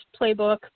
playbook